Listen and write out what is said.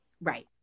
Right